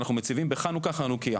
אנחנו מציבים בחנוכה חנוכייה